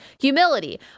humility